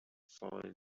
find